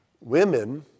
women